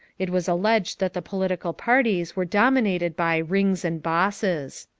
it was alleged that the political parties were dominated by rings and bosses.